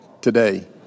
today